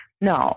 no